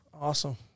Awesome